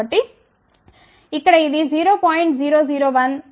కాబట్టి ఈ ఇక్కడ ఇది 0